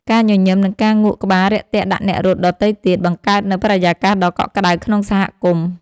ការញញឹម និងការងក់ក្បាលរាក់ទាក់ដាក់អ្នករត់ដទៃទៀត បង្កើតនូវបរិយាកាសដ៏កក់ក្ដៅក្នុងសហគមន៍។